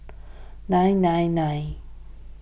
nine nine nine